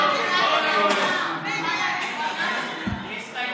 חברי הכנסת,